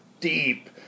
deep